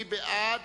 מי בעד?